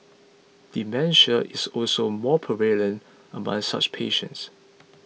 dementia is also more prevalent among such patients